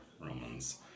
Romans